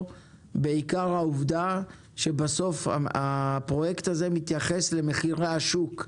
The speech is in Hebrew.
בעיקר העובדה שבסוף הפרויקט הזה מתייחס למחירי השוק.